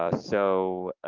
ah so,